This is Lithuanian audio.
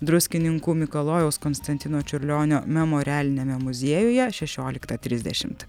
druskininkų mikalojaus konstantino čiurlionio memorialiniame muziejuje šešioliktą trisdešimt